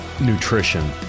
nutrition